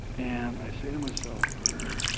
and i say to myself grr,